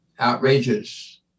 outrageous